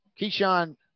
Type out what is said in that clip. Keyshawn